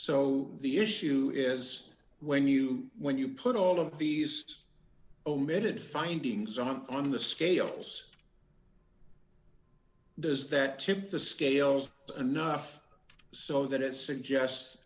so the issue is when you when you put all of these omitted findings on on the scales does that tip the scales enough so that it